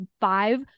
Five